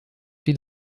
die